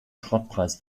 schrottpreis